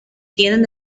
tienen